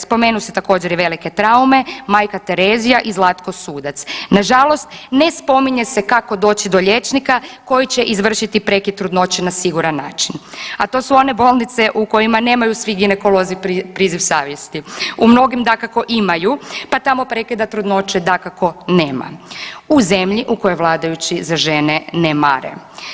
Spominju se također i velike traume, Majka Terezija i Zlatko Sudac, nažalost ne spominje se kako doći do liječnika koji će izvršiti prekid trudnoće na siguran način, a to su one bolnice u kojima nemaju svi ginekolozi priziv savjesti, u mnogim dakako imaju, pa tamo prekida trudnoće dakako nema u zemlji u kojoj vladajući za žene ne mare.